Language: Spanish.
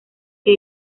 que